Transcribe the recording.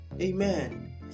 Amen